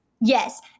Yes